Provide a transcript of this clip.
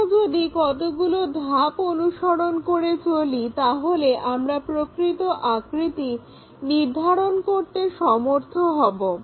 আমরা যদি কতগুলো ধাপ অনুসরণ করে চলি তাহলে আমরা প্রকৃত আকৃতি নির্ধারণ করতে সমর্থ হবো